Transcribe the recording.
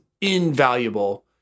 invaluable